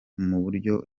buryo